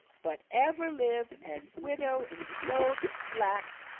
but ever live as widow in clothes black,